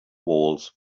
walls